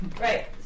right